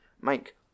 Mike